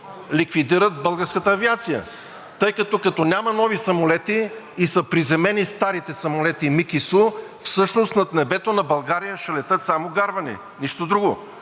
ликвидират българската авиация, тъй като, като няма нови самолети и са приземени старите – МиГ и Су, всъщност над небето на България ще летят само гарвани – нищо друго!